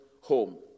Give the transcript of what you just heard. home